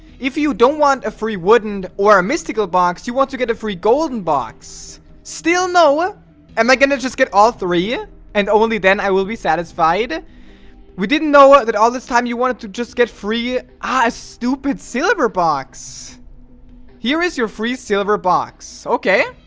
if you don't want a free wooden or a mystical box you want to get a free golden box still noah am i gonna. just get all three and only then i will be satisfied we didn't know ah that all this time you wanted to just get free i stupid silver box here is your free silver box. okay?